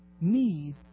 need